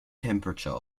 temperature